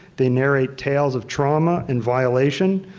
they narrate tales of trauma and violation,